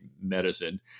medicine